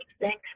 Thanks